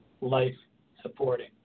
life-supporting